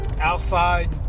outside